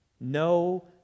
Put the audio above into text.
No